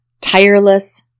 tireless